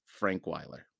Frankweiler